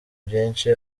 byinshi